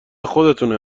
خودتونه